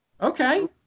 Okay